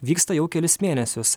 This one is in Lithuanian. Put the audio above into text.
vyksta jau kelis mėnesius